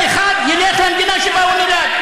כל אחד ילך למדינה שבה הוא נולד.